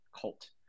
cult